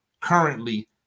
currently